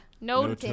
No